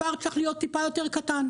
הפער צריך להיות טיפה יותר קטן?